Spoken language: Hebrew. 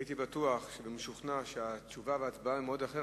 הייתי בטוח ומשוכנע שתשובה והצבעה במועד אחר